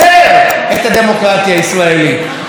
אתם פוגעים בחופש הביטוי.